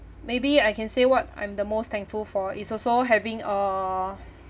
maybe I can say what I'm the most thankful for is also having a